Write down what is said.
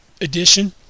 edition